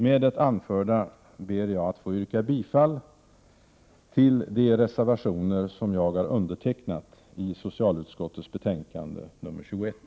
Med det anförda ber jag att få yrka bifall till de reservationer som jag har undertecknat i socialutskottets betänkande nr 21.